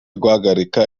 guhagarika